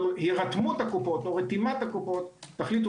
אבל הירתמות הקופות או רתימת הקופות תחליטו